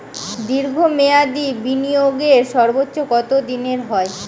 দীর্ঘ মেয়াদি বিনিয়োগের সর্বোচ্চ কত দিনের হয়?